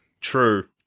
true